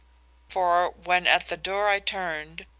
for when at the door i turned,